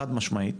חד משמעית.